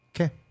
okay